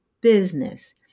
business